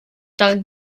daran